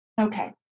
Okay